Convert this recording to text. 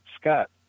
Scott